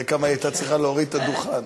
תראה כמה היא הייתה צריכה להוריד את הדוכן.